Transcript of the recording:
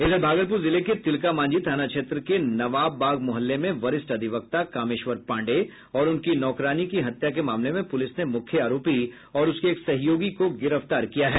इधर भागलपुर जिले के तिलकामांझी थाना क्षेत्र के नवाबबाग मुहल्ले में वरिष्ठ अधिवक्ता कामेश्वर पांडेय और उनकी नौकरानी की हत्या के मामले में पुलिस ने मुख्य आरोपी और उसके एक सहयोगी को गिरफ्तार कर लिया है